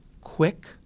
quick